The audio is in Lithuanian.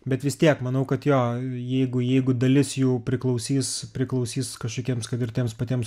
bet vis tiek manau kad jo jeigu jeigu dalis jų priklausys priklausys kažkokiems kad ir tiems patiems